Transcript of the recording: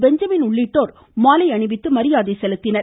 Benjamin உள்ளிட்டோர் மாலை அணிவித்து மரியாதை செலுத்தினர்